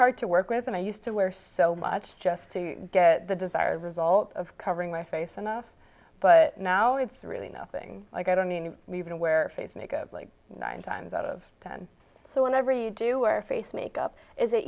hard to work with and i used to wear so much just to get the desired result of covering my face enough but now it's really nothing like i don't mean even aware face makeup like nine times out of ten so whenever you do or face makeup is it